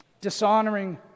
Dishonoring